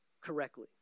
correctly